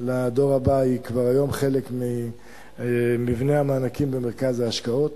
לדור הבא הוא כבר היום חלק ממבנה המענקים במרכז ההשקעות,